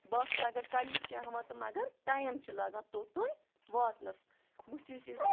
بَس اگر کمی چھِ ہٮ۪وان تہٕ مگر ٹایم چھُ لَگان توٚتام واتنَس وۄنۍ چھِ أسۍ